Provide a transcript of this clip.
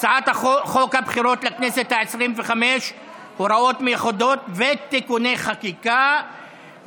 הצעת חוק הבחירות לכנסת העשרים-וחמש (הוראות מיוחדות ותיקוני חקיקה),